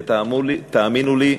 ותאמינו לי,